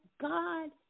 God